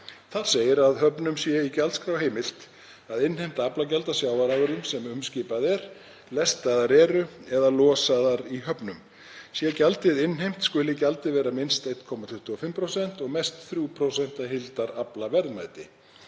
Þar segir að höfnum sé í gjaldskrá heimilt að innheimta aflagjald af sjávarafurðum sem umskipað er, lestaðar eru eða losaðar í höfnum. Sé gjaldið innheimt skuli gjaldið vera minnst 1,25% og mest 3% af heildaraflaverðmæti.